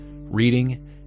reading